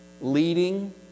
Leading